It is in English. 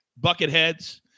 Bucketheads